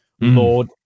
lord